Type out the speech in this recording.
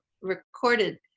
recorded